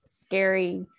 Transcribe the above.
scary